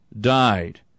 died